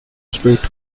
street